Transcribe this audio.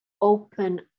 open